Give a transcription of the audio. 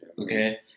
Okay